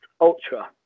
ultra